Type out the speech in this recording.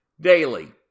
daily